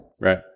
right